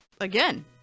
Again